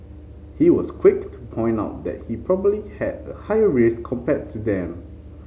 he was quick to point out that he probably had a higher risk compared to them